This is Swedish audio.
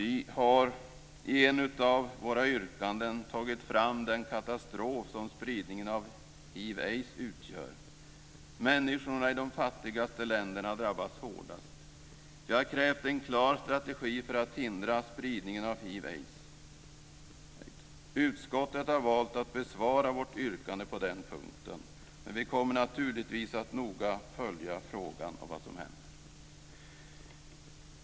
I ett av våra yrkanden lyfter vi fram den katastrof som spridningen av hiv eller aids utgör. Människorna i de fattigaste länderna drabbas hårdast. Vi kräver en klar strategi för att hindra spridningen av hiv eller aids. Utskottet har valt att besvara vårt yrkande på den punkten. Vi kommer naturligtvis att noga följa frågan och se vad som händer.